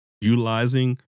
utilizing